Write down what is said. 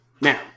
Now